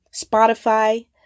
Spotify